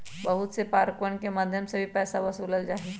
बहुत से पार्कवन के मध्यम से भी पैसा वसूल्ल जाहई